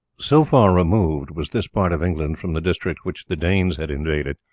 so far removed was this part of england from the district which the danes had invaded,